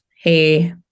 Hey